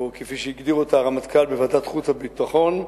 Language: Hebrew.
או כפי שהגדיר אותה הרמטכ"ל בוועדת החוץ והביטחון: